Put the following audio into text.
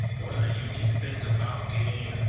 one of the unique things about getting,